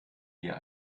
mir